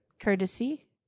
courtesy